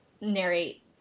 narrate